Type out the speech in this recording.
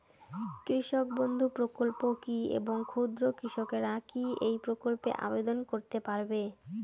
কৃষক বন্ধু প্রকল্প কী এবং ক্ষুদ্র কৃষকেরা কী এই প্রকল্পে আবেদন করতে পারবে?